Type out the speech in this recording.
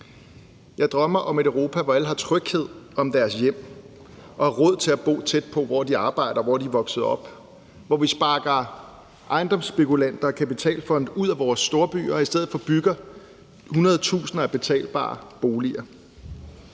Jeg drømmer om et Europa, hvor alle har tryghed om deres hjem og råd til at bo tæt på, hvor de arbejder, og hvor de er vokset op; hvor vi sparker ejendomsspekulanter og kapitalfonde ud af vores storbyer og i stedet for bygger hundredetusinder af betalbare boliger.